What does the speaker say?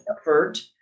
effort